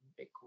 Bitcoin